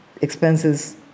expenses